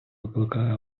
викликає